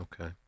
okay